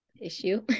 issue